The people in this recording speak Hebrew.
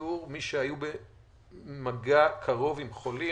לאיתור מי שהיו במגע קרוב עם חולים.